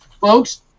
folks